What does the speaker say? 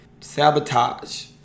sabotage